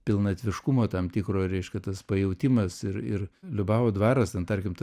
pilnatviškumo tam tikro reiškia tas pajautimas ir ir liubavo dvaras ten tarkim ta